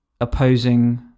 opposing